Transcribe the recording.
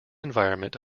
environment